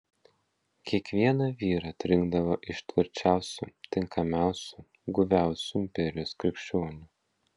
kiekvieną vyrą atrinkdavo iš tvirčiausių tinkamiausių guviausių imperijos krikščionių